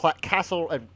Castle